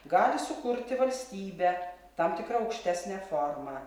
gali sukurti valstybę tam tikrą aukštesnę formą